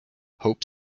hope